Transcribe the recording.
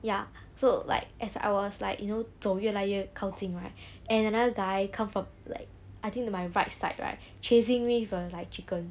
ya so like as I was like you know 走越来越靠近 right and another guy come from like I think the my right side right chasing me with a like chicken